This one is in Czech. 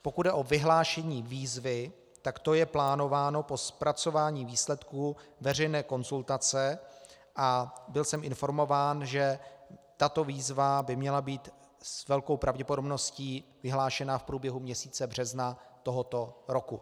Pokud jde o vyhlášení výzvy, tak to je plánováno po zpracování výsledků veřejné konzultace a byl jsem informován, že tato výzva by měla být s velkou pravděpodobností vyhlášena v průběhu měsíce března tohoto roku.